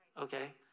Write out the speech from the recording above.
okay